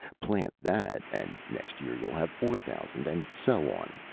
plant that, and next year you'll have four thousand, and so on.